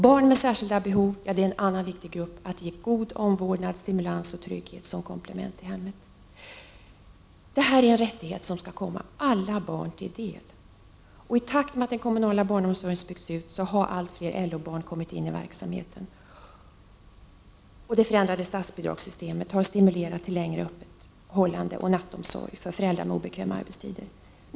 Barn med särskilda behov är en annan viktig grupp att ge god omvårdnad, stimulans och trygghet som komplement till hemmen. Det här är en rättighet som skall komma alla barn till del. I takt med att den kommunala barnomsorgen byggs ut har allt fler ”LO-barn” kommit in i verksamheten, och det förändrade statsbidragssystemet har stimulerat till längre öppethållande och nattomsorg för barn till föräldrar med obekväma arbetstider.